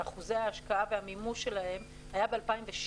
על אחוזי ההשקעה והמימוש שלהם היה ב-2016.